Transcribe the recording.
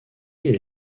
est